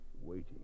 Waiting